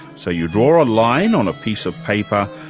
so you draw a line on a piece of paper,